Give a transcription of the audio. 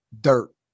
dirt